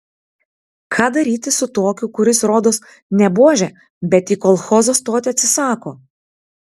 ką daryti su tokiu kuris rodos ne buožė bet į kolchozą stoti atsisako